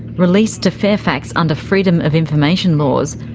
released to fairfax under freedom of information laws,